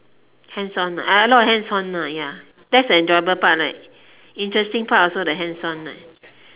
hands on ah a lot of hands on lah ya that's the enjoyable part right interesting part also the hands on right